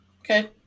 Okay